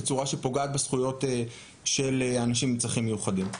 בצורה שפוגעת בזכויות של אנשים עם צרכים מיוחדים.